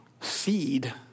Seed